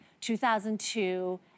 2002